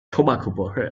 tobacco